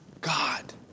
God